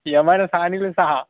यमायनं सहा नेले सहा